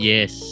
Yes